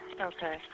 Okay